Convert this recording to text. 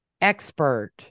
expert